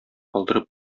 калдырып